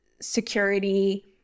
security